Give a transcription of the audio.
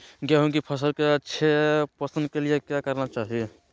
गेंहू की फसल के अच्छे पोषण के लिए क्या करना चाहिए?